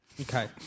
Okay